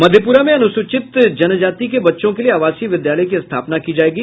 मधेपुरा में अनुसूचित जनजाति के बच्चों के लिये आवासीय विद्यालय की स्थापना की जायेगी